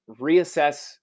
reassess